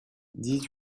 dix